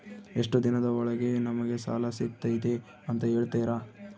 ಎಷ್ಟು ದಿನದ ಒಳಗೆ ನಮಗೆ ಸಾಲ ಸಿಗ್ತೈತೆ ಅಂತ ಹೇಳ್ತೇರಾ?